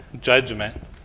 Judgment